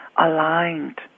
aligned